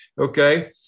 okay